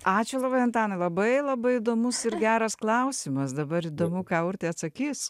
ačiū labai antanai labai labai įdomus ir geras klausimas dabar įdomu ką urtė atsakys